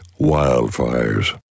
wildfires